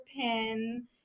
pen